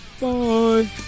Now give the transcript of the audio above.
Bye